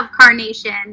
carnation